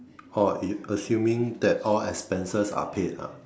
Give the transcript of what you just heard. orh assuming that all expenses are paid ah